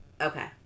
okay